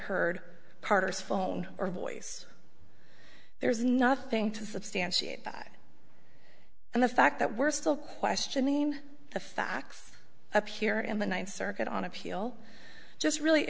heard carter's phone or voice there's nothing to substantiate by and the fact that we're still questioning the facts up here in the ninth circuit on appeal just really